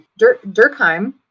Durkheim